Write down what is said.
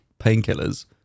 painkillers